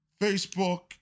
Facebook